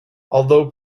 although